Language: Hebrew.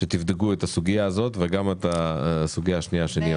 שתבדקו את הסוגייה הזאת וגם את הסוגייה השנייה שנירה העלתה.